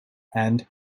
and